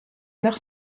nach